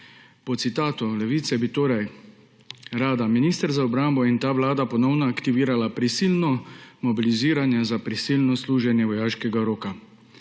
Po citatu Levice bi torej »rada minister za obrambo in ta vlada ponovno aktivirala prisilno mobiliziranje za prisilno služenje vojaškega roka«.